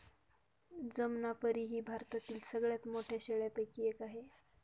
जमनापरी ही भारतातील सगळ्यात मोठ्या शेळ्यांपैकी एक आहे